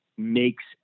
makes